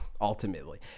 ultimately